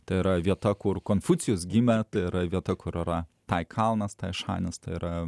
tai yra vieta kur konfucijus gimė tai yra vieta kur yra tai kalnas tai šanis tai yra